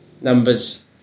numbers